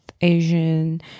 Asian